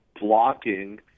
blocking